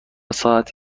ساعت